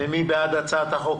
מי בעד הצעת החוק?